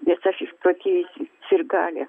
nes aš išprotėjusi sirgalė